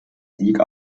sieg